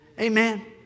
Amen